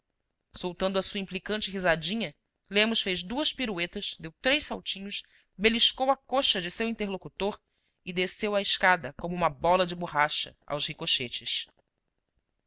soltando a sua implicante risadinha lemos fez duas piruetas deu três saltinhos beliscou a coxa de seu interlocutor e desceu a escada como uma bola de borracha aos